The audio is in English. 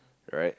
right